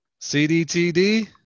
CDTD